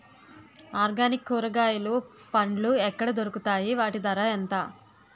Organic కూరగాయలు పండ్లు ఎక్కడ దొరుకుతాయి? వాటి ధర ఎంత?